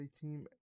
team